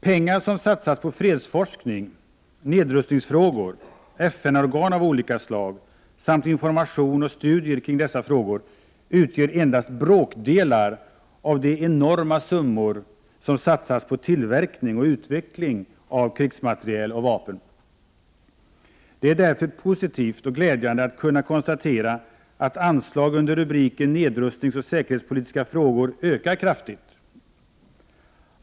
Pengar som satsas på fredsforskning, nedrustningsfrågor, FN-organ av olika slag samt information om och studier av dessa frågor utgör endast bråkdelar av de enorma summor som satsas på tillverkning och utveckling av krigsmateriel och vapen. Det är därför positivt och glädjande att kunna konstatera att anslag under rubriken Nedrustningsoch säkerhetspolitiska frågor ökar kraftigt.